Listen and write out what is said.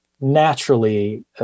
naturally